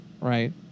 right